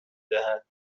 دهد